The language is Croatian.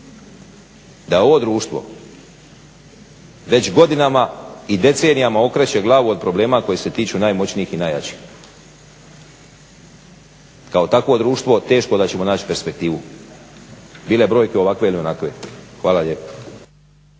da ovo društvo već godinama i decenijima okreće glavu od problema koji se tiču najmoćnijih i najjačih. Kao takvo društvo teško da ćemo naći perspektivu, bilo brojke ovakve ili onakve. Hvala lijepa.